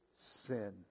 sin